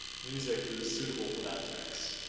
music that is suitable for that text?